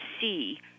see